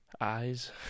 Eyes